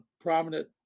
prominent